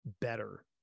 better